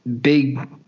big